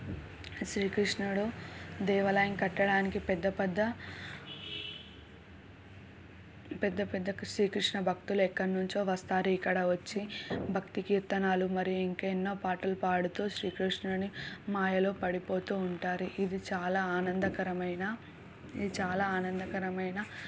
శ్రీకృష్ణుడు దేవాలయం కట్టడానికి పెద్ద పెద్ద పెద్ద పెద్ద శ్రీకృష్ణ భక్తులు ఎక్కడ నుంచో వస్తారు ఇక్కడ వచ్చి భక్తి కీర్తనలు మరియు ఇంకా ఎన్నో పాటలు పాడుతూ శ్రీకృష్ణుని మాయలో పడిపోతూ ఉంటారు ఇది చాలా ఆనందకరమైన ఇది చాలా ఆనందకరమైన